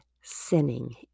sinning